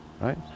right